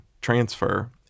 transfer